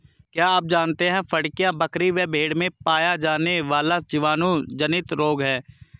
क्या आप जानते है फड़कियां, बकरी व भेड़ में पाया जाने वाला जीवाणु जनित रोग है?